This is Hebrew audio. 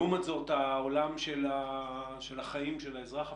לעומת זאת, העולם של האזרח הוא